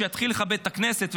שיתחיל לכבד את הכנסת,